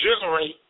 generate